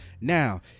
now